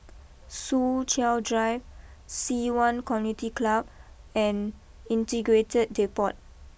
Soo Chow Drive Ci Yuan Community Club and Integrated Depot